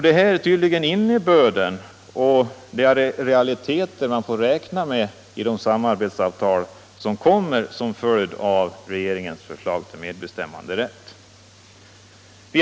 Detta är tydligen den innebörd och de realiteter man får räkna med i de samarbetsavtal som kommer som en följd av regeringens förslag till medbestämmanderätt.